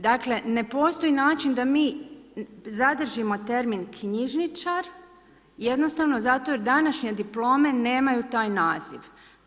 Dakle, ne postoji način da mi zadržimo termin knjižničar, jednostavno zato jer današnje diplome nemaju taj naziv.